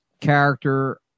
character